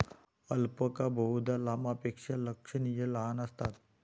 alpaca बहुधा लामापेक्षा लक्षणीय लहान असतात